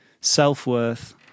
self-worth